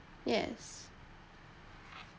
yes